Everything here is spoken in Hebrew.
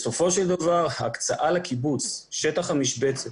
בסופו של דבר ההקצאה לקיבוץ, שטח המשבצת